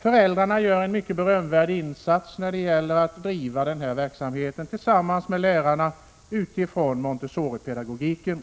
Föräldrarna gör en mycket berömvärd insats när det gäller att driva denna verksamhet tillsammans med lärarna utifrån Montessoripedagogiken.